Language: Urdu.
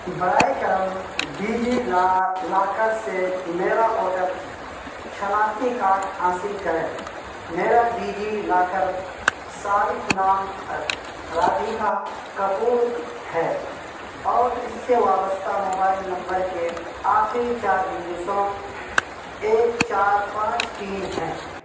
برائے کرم ڈیجی لا لاکر سے میرا ووٹر شناختی کارڈ حاصل کریں میرا ڈیجی لاکر صارف نام رادھکا کپور ہے اور اس سے وابستہ موبائل نمبر کے آخری چار ہندسوں ایک چار پانچ تین ہیں